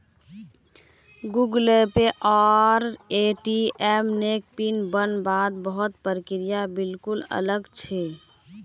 Google Pay आर ATM नेर PIN बन वात बहुत प्रक्रिया बिल्कुल अलग छे